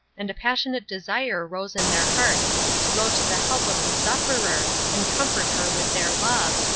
and a passionate desire rose in their hearts to go to the help of the sufferer and comfort her with their love,